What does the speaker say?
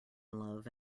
love